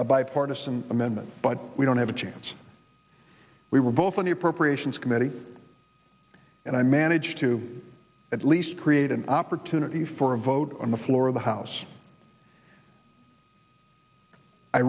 a bipartisan amendment but we don't have a chance we were both on the appropriations committee and i managed to at least create an opportunity for a vote on the floor of the house i